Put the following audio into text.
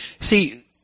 See